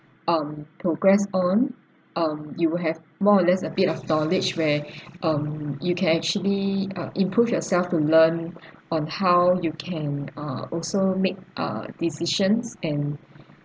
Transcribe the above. um progress on um you will have more or less a bit of knowledge where um you can actually ah improve yourself to learn on how you can ah also make ah decisions and